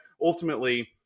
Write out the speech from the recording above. ultimately